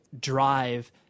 drive